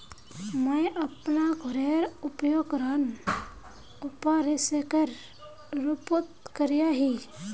मुई अपना घोरेर उपयोग ऋण संपार्श्विकेर रुपोत करिया ही